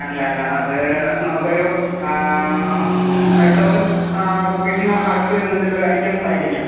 അല്ലല്ലാ അത് നമുക്കൊരു ഫൈവ് തൗസൻണ്ട് റുപ്പീസിന് അകത്ത് വരുന്ന എന്തേലും ഐറ്റെംസ് ആയിരിക്കും